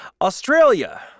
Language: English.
Australia